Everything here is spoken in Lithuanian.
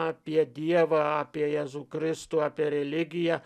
apie dievą apie jėzų kristų apie religiją